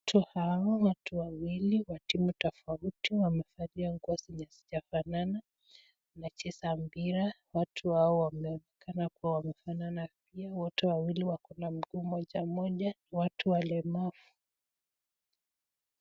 Watu hawa, watu wawili, wa timu tofauti wamevalia nguo zenye hazijafanana wanacheza mpira. Watu hao wameonekana kuwa wamefanana pia. Wote wawili wako na mguu moja moja, ni watu walemavu.